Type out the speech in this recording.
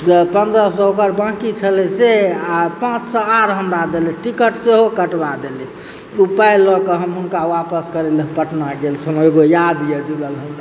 पंद्रह सए रुपआ ओकर बाकी छलए से आ पाँच सए आर हमरा देलथि टिकट सेहो कटबा देलथि ओ पाइ लए कऽ हुनका हम वापस करए लए के पटना गेल छलहुँ एगो याद यऽ जुड़ल